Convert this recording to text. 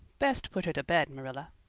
best put her to bed, marilla.